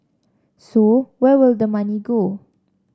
so where will the money go